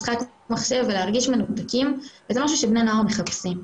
משחק מחשב ולהרגיש מנותקים וזה משהו שבני נוער מחפשים.